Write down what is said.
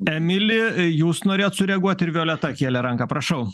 emili jūs norėjot sureaguot ir violeta kėlė ranką prašau